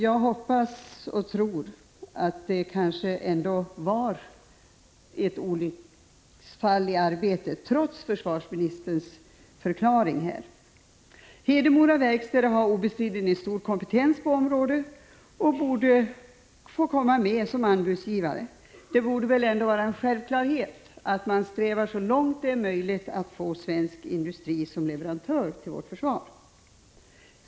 Jag hoppas och tror att det var ett olycksfall i arbetet — trots försvarsministerns förklaring här. Hedemora Verkstäder har obestridligen en stor kompetens på området och borde få komma med som anbudsgivare. Det borde väl ändå vara en självklarhet att man så långt det är möjligt strävar efter att få svensk industri som leverantör till vårt försvar.